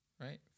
right